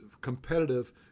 competitive